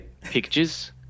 pictures